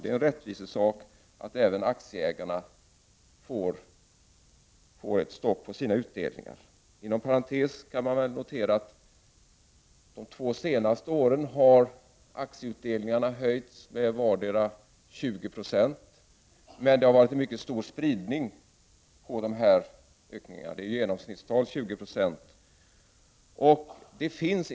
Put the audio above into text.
Inom parentes kan noteras att under de senaste två åren har aktieutdelningarna höjts med i genomsnitt 20 96 per år, men det har varit en mycket stor spridning på dessa höjningar.